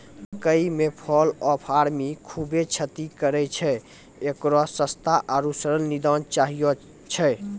मकई मे fall of army खूबे क्षति करेय छैय, इकरो सस्ता आरु सरल निदान चाहियो छैय?